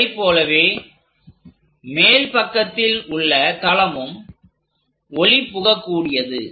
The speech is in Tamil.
அதைப்போலவே மேல் பக்கத்தில் உள்ள தளமும் ஒளிபுக கூடியது